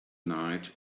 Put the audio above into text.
night